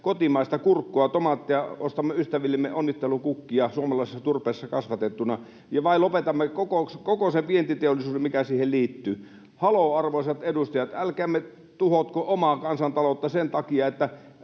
kotimaista kurkkua, tomaattia, ostamme ystävillemme onnittelukukkia suomalaisessa turpeessa kasvatettuna, vai lopetammeko koko sen vientiteollisuuden, mikä siihen liittyy? Haloo, arvoisat edustajat, älkäämme tuhotko omaa kansantalouttamme sen takia, että